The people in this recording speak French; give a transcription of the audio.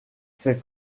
ces